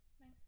Nice